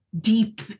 deep